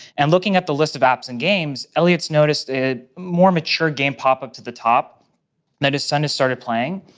and looking at the list of apps and games, elliot's noticed a more mature game pop-up to the top that his son has started playing.